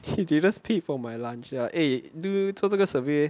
they just paid for my lunch eh do 做这个 survey